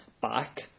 back